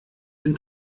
dem